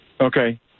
Okay